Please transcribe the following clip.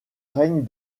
règne